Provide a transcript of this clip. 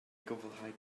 gwblhau